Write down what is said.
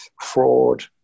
fraud